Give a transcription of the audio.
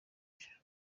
sheja